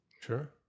Sure